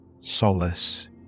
solace